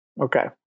Okay